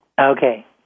Okay